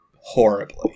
horribly